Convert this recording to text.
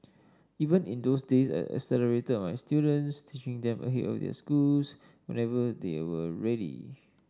even in those days I accelerated my students teaching them ahead of their schools whenever they were ready